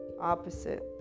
opposite